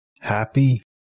happy